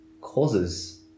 causes